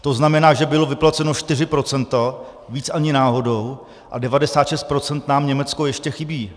To znamená, že byla vyplacena 4 procenta, více ani náhodou, a 96 procent nám od Německa ještě chybí.